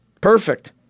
Perfect